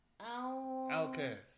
Outcast